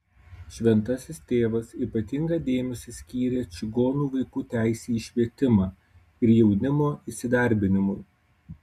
šventasis tėvas ypatingą dėmesį skyrė čigonų vaikų teisei į švietimą ir jaunimo įsidarbinimui